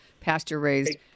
pasture-raised